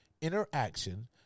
interaction